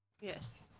Yes